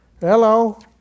Hello